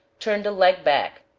turn the leg back,